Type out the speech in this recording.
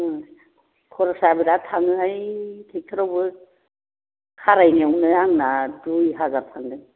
खरसआ बिराद थाङोहाय बे थेक्थ'र आवबो खारायनायावनो आंना दुइ हाजार थांदों